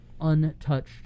untouched